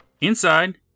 Inside